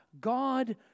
God